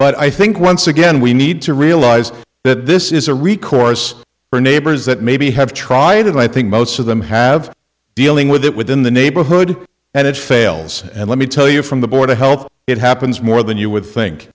but i think once again we need to realize that this is a recourse for neighbors that maybe have tried and i think most of them have dealing with it within the neighborhood and it fails and let me tell you from the board of health it happens more than you would think